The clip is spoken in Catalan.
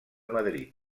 madrid